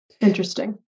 Interesting